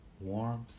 warmth